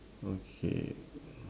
okay